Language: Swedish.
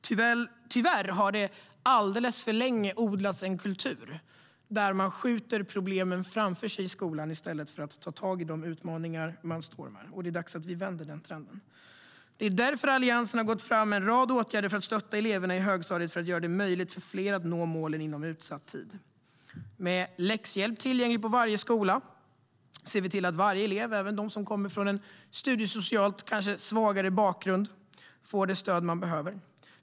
Tyvärr har det alldeles för länge odlats en kultur där man skjuter problemen framför sig i skolan i stället för att ta tag i de utmaningar som man har. Det är dags att vi vänder den trenden. Det är därför som Alliansen har gått fram med en rad åtgärder för att stötta eleverna i högstadiet för att göra det möjligt för fler att nå målen inom utsatt tid. Med läxhjälp tillgänglig på varje skola ser vi till att varje elev, även den som kommer från en studiesocialt kanske svagare bakgrund, får det stöd som eleven behöver.